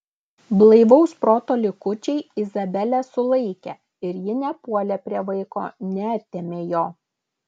blaivaus proto likučiai izabelę sulaikė ir ji nepuolė prie vaiko neatėmė jo